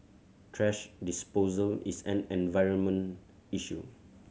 thrash disposal is an environment issue